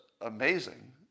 amazing